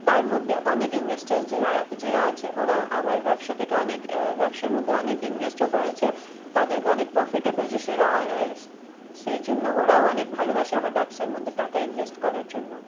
তার মধ্যে অনেক ইনভেস্টরস যারা যারা আছে ওরা আমার ব্যবসা থেকে অনেক ব্যবসার মধ্যে অনেক ইনভেস্টও করেছে তাদেরকে অনেক প্রফিটও পেয়েছে তারা সেই জন্য ওরাও অনেক ভালোবাসে আমার ব্যবসার মধ্যে টাকা ইনভেস্ট করার জন্য